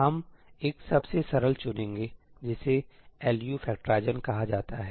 हम एक सबसे सरल चुनेंगे जिसे एलयू फैक्टराइजेशन कहा जाता है